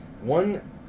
one